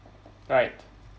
right